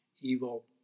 evil